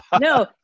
no